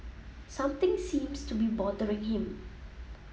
something seems to be bothering him